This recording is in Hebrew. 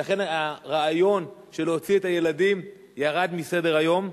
ולכן, הרעיון להוציא את הילדים ירד מסדר-היום.